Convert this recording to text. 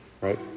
right